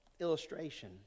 illustration